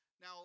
now